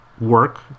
work